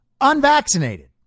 unvaccinated